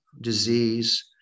disease